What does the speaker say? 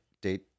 Date